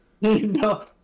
No